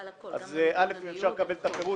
אז אם אפשר לקבל את הפירוט,